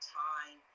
time